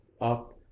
up